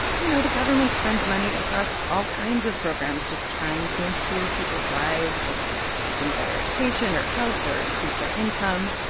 you know, the government spends money across all kinds of programs just trying to improve people's lives, like give them better education or health or increase their income.